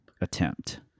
attempt